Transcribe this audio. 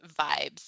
vibes